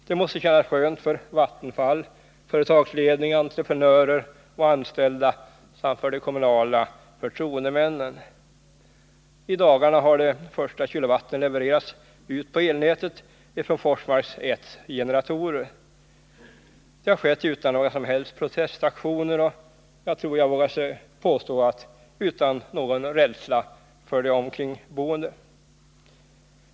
Det måste kännas skönt för Vattenfall, företagsledning, entreprenörer och anställda samt för de kommunala förtroendemännen. I dagarna har de första kilowatten levererats ut på elnätet från Forsmarks 1 generatorer. Det har skett utan några som helst protestaktioner, och jag tror att jag vågar påstå att det skett utan någon rädsla hos de omkringboende.